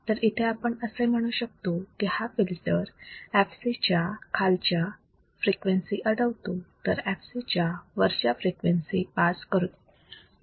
तर इथे आपण असे म्हणू शकतो की हा फिल्टर fc च्या खालच्या फ्रिक्वेन्सी अडवतो तर fc च्या वरच्या फ्रिक्वेन्सी पास करतो